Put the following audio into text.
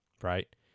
right